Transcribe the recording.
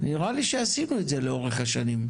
נראה לי שעשינו את זה לאורך השנים.